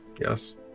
Yes